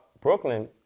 Brooklyn